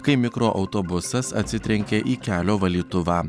kai mikroautobusas atsitrenkė į kelio valytuvą